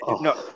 no